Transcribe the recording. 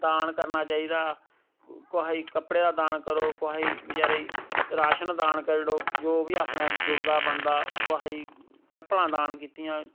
दान करना चाहिदा कोहा गी कपड़े दा दान करो कोहा गी बचैरे गी राशन दान करू उड़ो जो बी अपने जुड़दा बनदा कोहा गी चप्पलां दान कीतियां